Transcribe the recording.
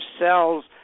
cells